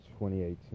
2018